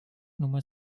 nummer